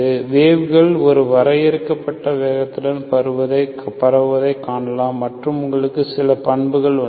wave கள் ஒரு வரையறுக்கப்பட்ட வேகத்துடன் பரவுவதைக் காணலாம் மற்றும் உங்களுக்கு சில பண்புகள் உள்ளன